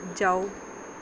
ਜਾਓ